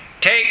Take